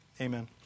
Amen